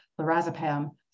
lorazepam